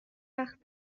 وقت